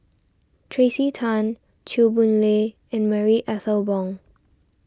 Tracey Tan Chew Boon Lay and Marie Ethel Bong